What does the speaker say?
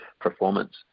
performance